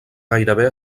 gairebé